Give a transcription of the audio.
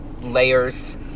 layers